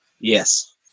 Yes